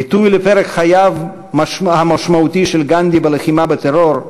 ביטוי לפרק חייו המשמעותי של גנדי בלחימה בטרור,